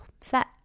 set